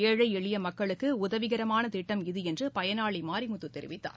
ஏழை எளிய மக்களுக்கு உதவிகரமான திட்டம் இது என்று பயனாளி மாரிமுத்து தெரிவித்தார்